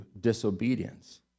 disobedience